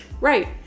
Right